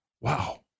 wow